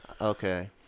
Okay